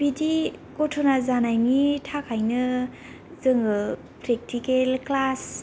बिदि गथ'ना जानायनि थाखायनो जोङो प्रेकटिकेल क्लास